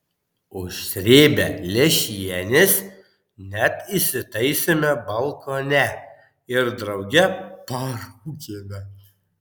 užsrėbę lęšienės net įsitaisėme balkone ir drauge parūkėme